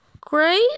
great